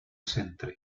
centre